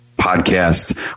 podcast